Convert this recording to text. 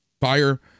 Fire